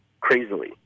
Crazily